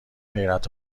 حیرت